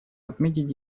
отметить